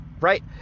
right